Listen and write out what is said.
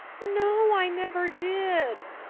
no, i never did,